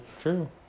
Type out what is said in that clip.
true